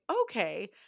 okay